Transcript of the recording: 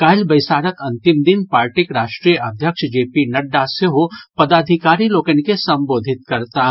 काल्हि बैसारक अंतिम दिन पार्टीक राष्ट्रीय अध्यक्ष जे पी नड्डा सेहो पदाधिकारी लोकनि के संबोधित करताह